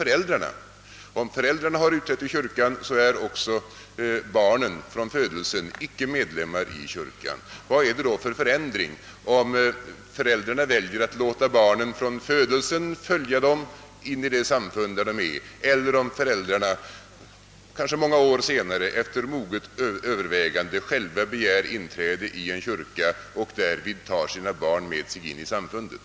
Vad är det för skillnad mellan att föräldrarna låter barnen från födelsen följa dem in i det samfund de tillhör och att föräldrarna, kanske många år senare, efter moget övervägande begär inträde i kyrkan och därvid tar sina barn med sig in i samfundet.